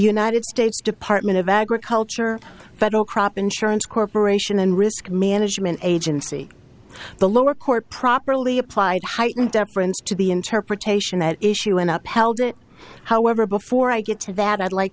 united states department of agriculture federal crop insurance corporation and risk management agency the lower court properly applied heightened deference to the interpretation that issue an up held it however before i get to that i'd like